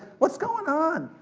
what's going on?